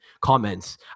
comments